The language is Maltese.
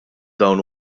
dawn